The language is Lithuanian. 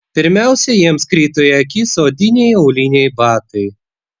pirmiausia jiems krito į akis odiniai auliniai batai